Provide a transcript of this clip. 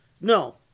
No